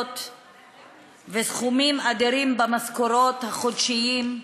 וסכומים אדירים במשכורות החודשיות.